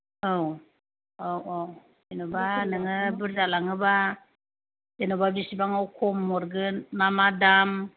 औ औ औ जेनेबा नोङो बुरजा लाङोबा जेनेबा बेसेबाङाव खम हरगोन मा मा दाम